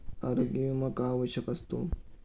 आरोग्य विमा का आवश्यक असतो?